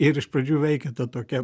ir iš pradžių veikė ta tokia